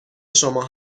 شما